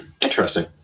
interesting